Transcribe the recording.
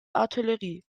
artillerie